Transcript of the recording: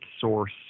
source